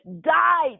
died